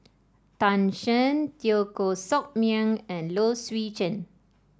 Tan Shen Teo Koh Sock Miang and Low Swee Chen